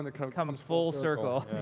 and come come um full circle.